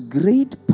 great